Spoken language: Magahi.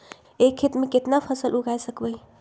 एक खेत मे केतना फसल उगाय सकबै?